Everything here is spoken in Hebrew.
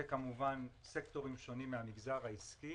וכמובן סקטורים שונים מן המגזר העסקי,